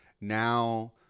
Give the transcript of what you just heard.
Now